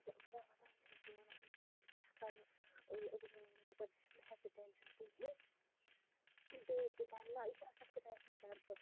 ودان ودان چھَس بہٕ ونان بہٕ چھَس ونان بہٕ کیٛاہ کَرٕ بہٕ أے ابوٗ جِیَن دوٚپُن مٔہ ہےَ ژٕ ٹٮ۪نشَن کِہیٖنۍ بیٚیہِ تہِ بَنہِ نا یہِ چھُ آسان خۄداے سٕنٛدِ طرفہٕ